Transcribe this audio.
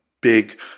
big